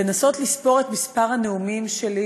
לנסות לספור את מספר הנאומים שלי